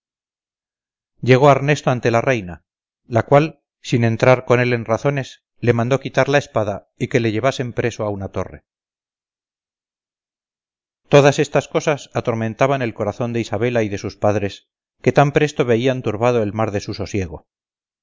llegó arnesto ante la reina la cual sin entrar con él en razones le mandó quitar la espada y que le llevasen preso a una torre todas estas cosas atormentaban el corazón de isabela y de sus padres que tan presto veían turbado el mar de su sosiego